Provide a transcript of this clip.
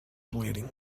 bedding